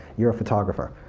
you're a photographer.